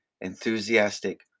enthusiastic